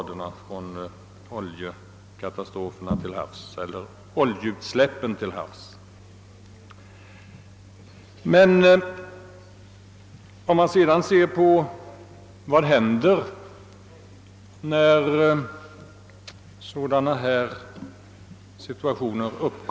— Detta är alltså en sida av oljeutsläppen till havs. Vad händer då i sådana här situationer?